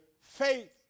faith